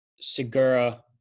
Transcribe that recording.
Segura